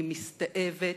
היא מסתאבת,